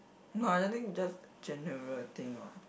no I don't think just general thing orh